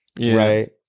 right